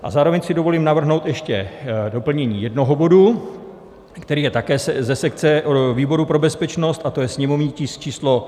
A zároveň si dovolím navrhnout ještě doplnění jednoho bodu, který je také ze sekce výboru pro bezpečnost, a to je sněmovní tisk číslo 794.